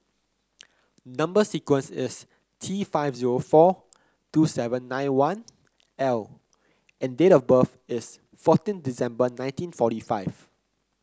number sequence is T five zero four two seven nine one L and date of birth is fourteen December nineteen forty five